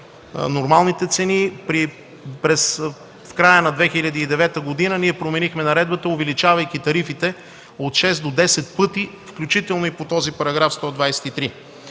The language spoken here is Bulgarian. нормалните цени. В края на 2009 г. ние променихме наредбата, увеличавайки тарифите от 6 до 10 пъти, включително и по този § 123